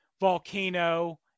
Volcano